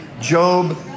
Job